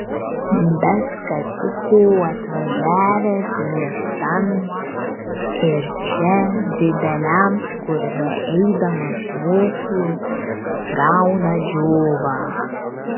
be skatiko atvažiavęs miestan ir čia dideliam skurde eidamas mokslus gauna džiovą